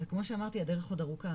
וכמו שאמרתי הדרך עוד ארוכה,